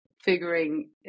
figuring